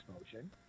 motion